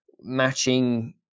matching